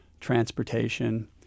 transportation